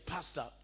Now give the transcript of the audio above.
Pastor